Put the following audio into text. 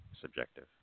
subjective